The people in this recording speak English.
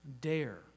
dare